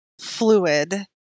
fluid